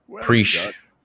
Preach